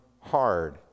hard